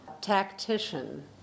tactician